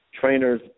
trainers